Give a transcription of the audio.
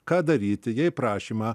ką daryti jei prašymą